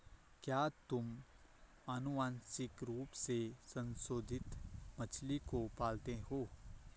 क्या तुम आनुवंशिक रूप से संशोधित मछली को पालते हो?